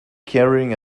carrying